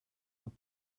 what